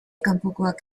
kanpokoak